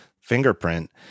fingerprint